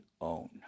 own